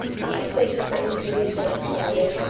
compensation for injuries was provided,